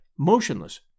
motionless